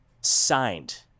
signed